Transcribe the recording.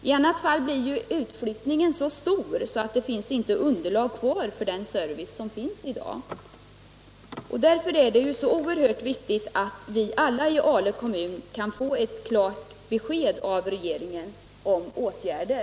I annat fall blir utflyttningen så stor att det inte finns underlag för den service man tillhandahåller i dag. Därför är det så oerhört viktigt att vi alla i Ale kommun snarast kan få ett klart besked av regeringen om åtgärder.